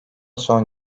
son